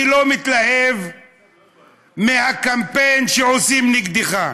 אני לא מתלהב מהקמפיין שעושים נגדך.